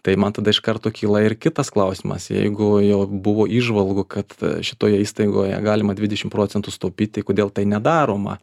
tai man tada iš karto kyla ir kitas klausimas jeigu jau buvo įžvalgų kad šitoje įstaigoje galima dvidešim procentų sutaupyt tai kodėl tai nedaroma